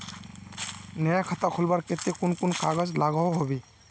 नया खाता खोलवार केते कुन कुन कागज लागोहो होबे?